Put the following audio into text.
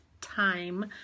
time